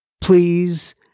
Please